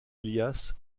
elias